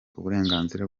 uburenganzira